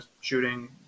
shooting